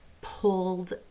pulled